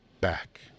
back